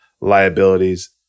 liabilities